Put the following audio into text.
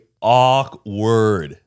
awkward